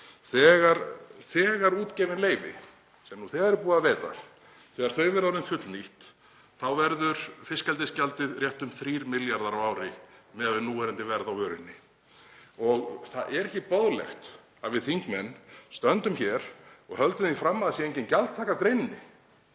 Þegar útgefin leyfi sem nú þegar er búið að veita verða orðin fullnýtt verður fiskeldisgjaldið rétt um 3 milljarðar á ári miðað við núverandi verð á vörunni. Það er ekki boðlegt að við þingmenn stöndum hér og höldum því fram að það sé engin gjaldtaka af greininni.